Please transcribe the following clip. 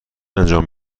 انجام